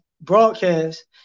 broadcast